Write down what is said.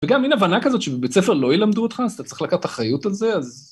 וגם אין הבנה כזאת שבבית ספר לא יילמדו אותך, אז אתה צריך לקחת אחריות על זה, אז...